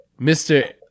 Mr